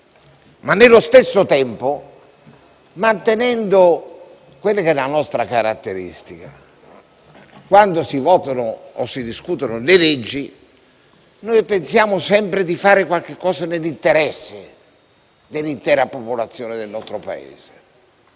ma nello stesso tempo mantenendo la nostra caratteristica: quando si votano o discutono le leggi, pensiamo sempre di fare qualcosa nell'interesse dell'intera popolazione del nostro Paese